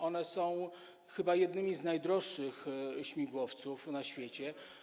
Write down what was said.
Są one chyba jednymi z najdroższych śmigłowców na świecie.